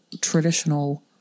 traditional